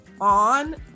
on